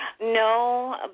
No